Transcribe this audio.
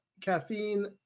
caffeine